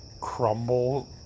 crumble